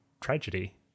Tragedy